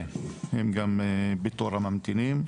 כן, הם גם בתור הממתינים.